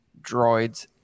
droids